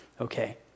okay